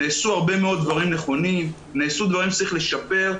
נעשו הרבה מאוד דברים נכונים ונעשו גם דברים שצריך לשפר.